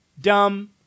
dumb